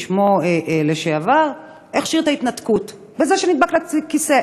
בשמו לשעבר, הכשיר את ההתנתקות בזה שנדבק לכיסא.